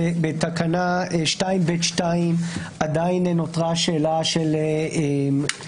בתקנה 2ב(2) עדיין נותרה השאלה של שתי